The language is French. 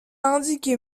indiqué